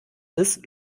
ist